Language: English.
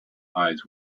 eyes